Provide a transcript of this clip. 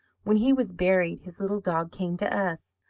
when he was buried, his little dog came to us.